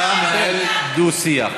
אתה מנהל דו-שיח.